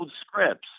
scripts